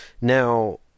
Now